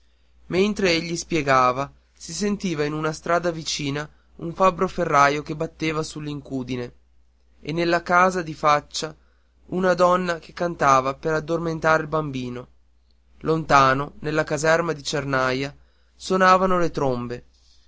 mentre egli spiegava si sentiva in una strada vicina un fabbro ferraio che batteva sull'incudine e nella casa di faccia una donna che cantava per addormentare il bambino lontano nella caserma della cernaia suonavano le trombe